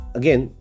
again